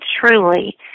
truly